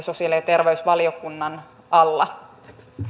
sosiaali ja terveysvaliokunnan alla